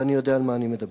ואני יודע על מה אני מדבר.